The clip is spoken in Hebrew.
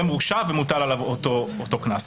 והוא מורשע ומוטל עליו אותו הקנס.